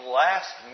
last